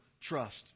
trust